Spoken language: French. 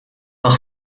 par